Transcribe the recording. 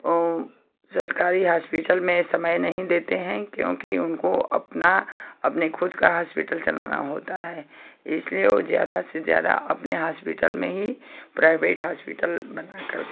ओ सरकारी हास्पिटल में समय नहीं देते हैं क्योंकि उनको अपना अपने खुद का हास्पिटल चलाना होता है इसलिए वह ज़्यादा से ज्यादा अपने हास्पिटल में ही प्राइवेट हास्पिटल बनाकर